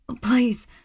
Please